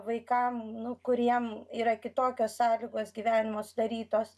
vaikam kuriem yra kitokios sąlygos gyvenimo sudarytos